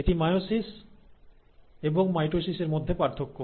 এটি মাইটোসিস এবং মিয়োসিসের মধ্যে পার্থক্য